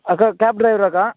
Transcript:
அக்கா கேப் ட்ரைவராக்கா